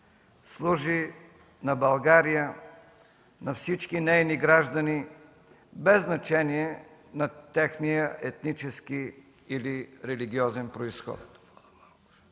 служи на България, на всички нейни граждани, без значение на техния етнически или религиозен произход.